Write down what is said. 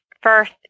first